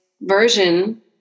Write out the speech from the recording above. version